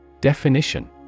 Definition